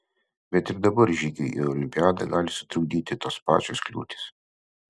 bet ir dabar žygiui į olimpiadą gali sutrukdyti tos pačios kliūtys